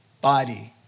body